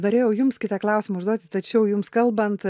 norėjau jums kitą klausimą užduoti tačiau jums kalbant